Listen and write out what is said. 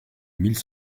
mille